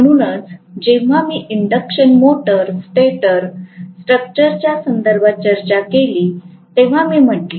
म्हणूनच जेव्हा मी इंडक्शन मोटर स्टेटर स्ट्रक्चरच्या संदर्भात चर्चा केली तेव्हा मी म्हटले